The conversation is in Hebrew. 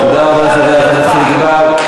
חבר הכנסת חיליק בר.